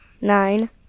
Nine